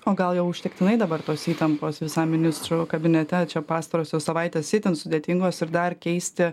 o gal jau užtektinai dabar tos įtampos visam ministrų kabinete čia pastarosios savaitės itin sudėtingos ir dar keisti